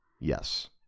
Yes